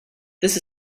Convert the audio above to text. this